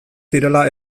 direla